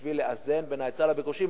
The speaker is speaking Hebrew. כדי לאזן בין ההיצע לביקושים.